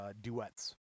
duets